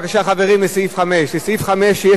לסעיף 5. לסעיף 5 יש התנגדות